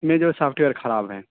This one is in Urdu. میں جو سافٹ ویئر خراب ہے